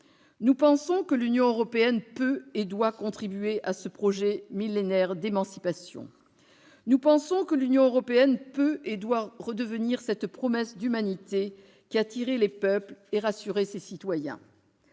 Nous pensons que l'Union européenne peut et doit contribuer à ce projet millénaire d'émancipation. Nous pensons que l'Union européenne peut et doit redevenir cette promesse d'humanité qui attirait les peuples et rassurait ses citoyens.